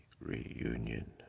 Reunion